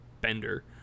bender